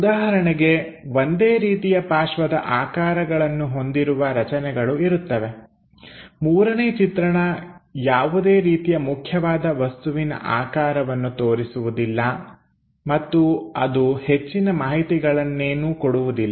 ಉದಾಹರಣೆಗೆ ಒಂದೇ ರೀತಿಯ ಪಾರ್ಶ್ವದ ಆಕಾರಗಳನ್ನು ಹೊಂದಿರುವ ರಚನೆಗಳು ಇರುತ್ತವೆ ಮೂರನೇ ಚಿತ್ರಣ ಯಾವುದೇ ರೀತಿಯ ಮುಖ್ಯವಾದ ವಸ್ತುವಿನ ಆಕಾರವನ್ನು ತೋರಿಸುವುದಿಲ್ಲ ಮತ್ತು ಅದು ಹೆಚ್ಚಿನ ಮಾಹಿತಿಗಳನ್ನೇನೂ ಕೊಡುವುದಿಲ್ಲ